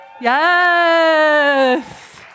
Yes